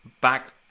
back